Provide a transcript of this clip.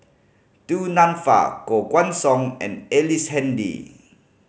Du Nanfa Koh Guan Song and Ellice Handy